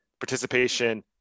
participation